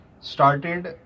started